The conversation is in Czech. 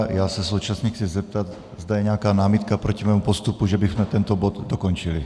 Já se současně chci zeptat, zda je nějaká námitka proti mému postupu, že bychom tento bod dokončili.